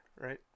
right